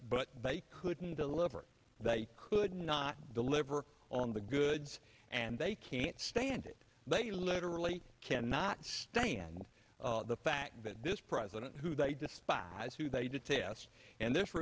but they couldn't deliver they could not deliver on the goods and they can't stand it they literally cannot stand the fact that this president who they despise who they detest and th